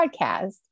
podcast